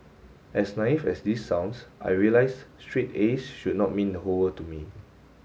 as naive as this sounds I realised straight A S should not mean the whole world to me